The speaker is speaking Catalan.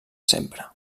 sempre